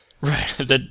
Right